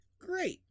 great